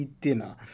dinner